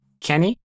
kenny